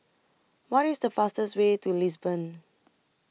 What IS The fastest Way to Lisbon